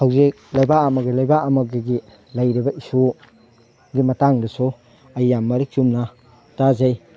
ꯍꯧꯖꯤꯛ ꯂꯩꯕꯥꯛ ꯑꯃꯒ ꯂꯩꯕꯥꯛ ꯑꯃꯒꯒꯤ ꯂꯩꯔꯤꯕ ꯏꯁꯨꯒꯤ ꯃꯇꯥꯡꯗꯁꯨ ꯑꯩ ꯌꯥꯝ ꯃꯔꯤꯛ ꯆꯨꯝꯅ ꯇꯥꯖꯩ